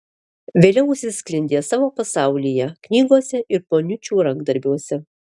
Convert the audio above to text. vėliau užsisklendė savo pasaulyje knygose ir poniučių rankdarbiuose